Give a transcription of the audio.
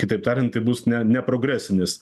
kitaip tariant bus ne ne progresinis